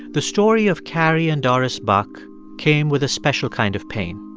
the story of carrie and doris buck came with a special kind of pain.